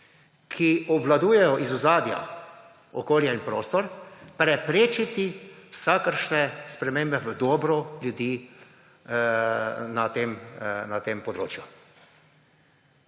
ki obvladujejo iz ozadja okolje in prostor, preprečiti vsakršne spremembe v dobro ljudi na tem področju.